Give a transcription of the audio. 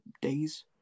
days